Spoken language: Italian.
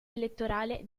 elettorale